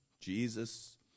Jesus